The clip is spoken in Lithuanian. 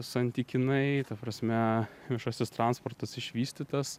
santykinai ta prasme viešasis transportas išvystytas